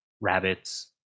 rabbits